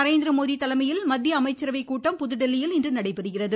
நரேந்திரமோதி தலைமையில் மத்திய அமைச்சரவை கூட்டம் புதுதில்லியில் இன்று நடைபெறுகிறது